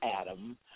Adam